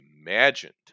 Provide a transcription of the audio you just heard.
imagined